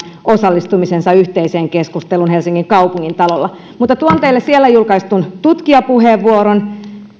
osallistumisensa yhteiseen keskusteluun helsingin kaupungintalolla mutta tuon teille siellä julkaistun tutkijapuheenvuoron